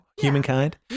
humankind